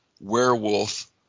werewolf